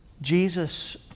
Jesus